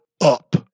up